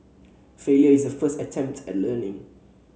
failure is the first attempt at learning